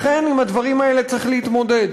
לכן, עם הדברים האלה צריך להתמודד.